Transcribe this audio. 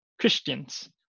Christians